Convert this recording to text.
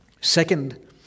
Second